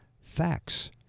facts